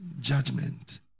judgment